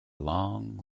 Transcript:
long